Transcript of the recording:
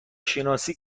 شناسی